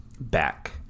back